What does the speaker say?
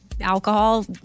alcohol